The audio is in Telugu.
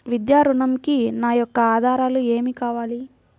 విద్యా ఋణంకి నా యొక్క ఆధారాలు ఏమి కావాలి?